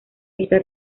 esta